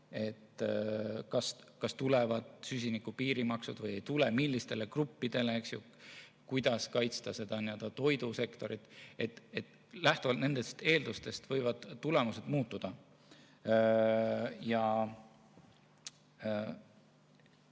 kas tulevad süsiniku piirimaksud või ei tule, millistele gruppidele [need tulevad], kuidas kaitsta toidusektorit – lähtuvalt nendest eeldustest võivad tulemused muutuda.